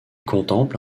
contemple